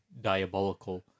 diabolical